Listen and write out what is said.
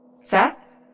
Seth